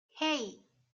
hey